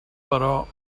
però